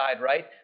right